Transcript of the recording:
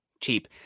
cheap